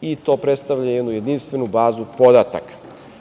i to predstavlja jednu jedinstvenu bazu podataka.